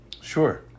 Sure